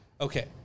Okay